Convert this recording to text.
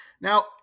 Now